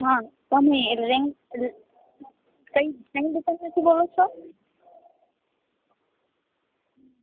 હા તમે એરલાઈન્સ શેની દુકાનમાંથી બોલો છો